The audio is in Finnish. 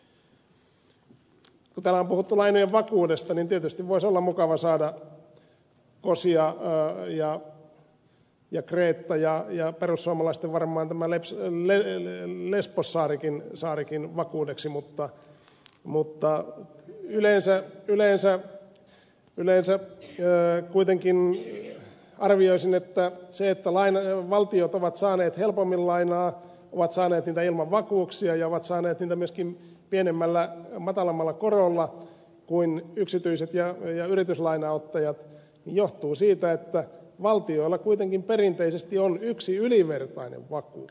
kun täällä on puhuttu lainojen vakuudesta niin tietysti voisi olla mukava saada kos ja kreeta ja perussuomalaisten varmaan tämä lesbos saarikin vakuudeksi mutta yleensä kuitenkin arvioisin että se että valtiot ovat saaneet helpommin lainaa ovat saaneet niitä ilman vakuuksia ja ovat saaneet niitä myöskin pienemmällä matalammalla korolla kuin yksityiset ja yrityslainan ottajat johtuu siitä että valtioilla perinteisesti on yksi ylivertainen vakuus